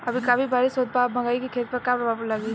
अभी काफी बरिस होत बा मकई के खेत पर का प्रभाव डालि?